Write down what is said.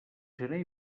gener